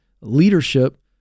leadership